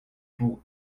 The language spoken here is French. pour